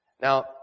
Now